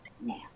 Now